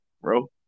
bro